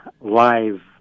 live